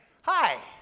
Hi